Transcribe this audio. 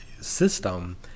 system –